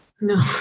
No